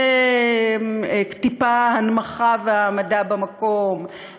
לטיפה הנמכה ו"העמדה במקום",